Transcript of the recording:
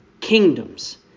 kingdoms